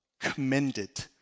commended